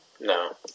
No